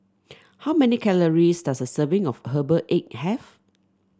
how many calories does a serving of Herbal Egg have